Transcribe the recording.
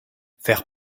faire